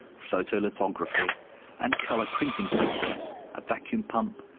photo-lithography and colour printing process, a vacuum pump,